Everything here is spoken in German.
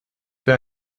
für